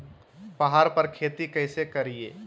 पहाड़ पर खेती कैसे करीये?